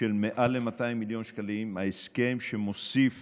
של מעל ל-200 מיליון שקלים, הסכם שמוסיף